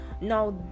now